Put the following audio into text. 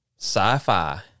sci-fi